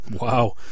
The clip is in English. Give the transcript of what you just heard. Wow